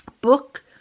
book